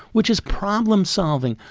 which is problem-solving.